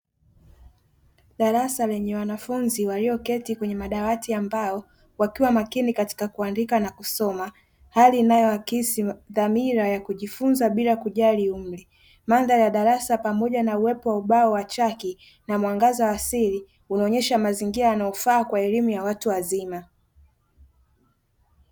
Darasa lenye wanafunzi walioketi kwenye madawati, wakiwa makini katika kuandika na kusoma, hali inayowakilisha dhamira ya kujifunza bila kujali umri; mandhari ya darasa pamoja na uwepo wa ubao wa chaki na mwangaza wa siri unaonyesha mazingira yanayofaa kwa elimu ya watu wazima.